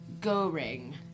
Goring